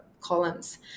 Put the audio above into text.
columns